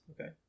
Okay